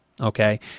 Okay